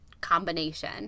combination